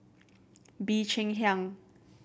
Bee Cheng Hiang